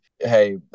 Hey